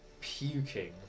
puking